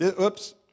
Oops